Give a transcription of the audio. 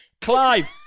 Clive